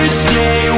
stay